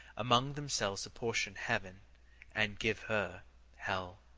among themselves apportion heaven and give her hell.